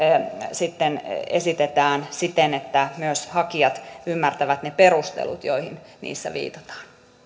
esitetään siten että myös hakijat ymmärtävät ne perustelut joihin niissä viitataan